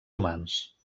humans